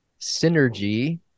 synergy